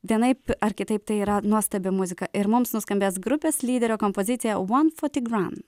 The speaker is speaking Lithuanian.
vienaip ar kitaip tai yra nuostabi muzika ir mums nuskambės grupės lyderio kompozicija one for tigran